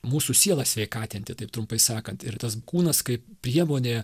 mūsų sielas sveikatinti taip trumpai sakant ir tas kūnas kaip priemonė